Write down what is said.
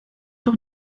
doch